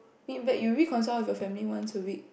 meet back you reconcile with your family once a week